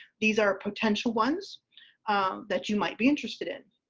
these are potential ones that you might be interested in.